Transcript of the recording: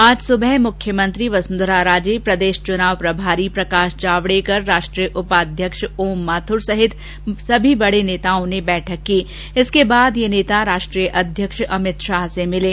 आज सुबह मुख्यमंत्री वसुंधरा राजे प्रदेष चुनाव प्रभारी प्रकाष जावडेकर राष्ट्रीय उपाध्यक्ष ओम माथुर सहित सभी बडे नेताओं ने बैठक की इसके बाद ये नेता राष्ट्रीय अध्यक्ष अमित शाह से मिले